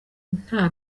nta